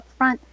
upfront